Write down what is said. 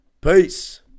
Peace